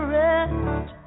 rest